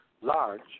large